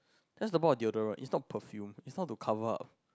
that's about the deodorant is not perfume is not to cover up